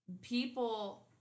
people